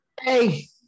hey